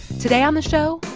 today on the show,